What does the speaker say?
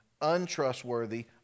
untrustworthy